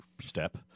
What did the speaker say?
step